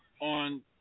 on